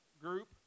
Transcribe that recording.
group